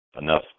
enough